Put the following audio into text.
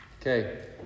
Okay